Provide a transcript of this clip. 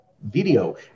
video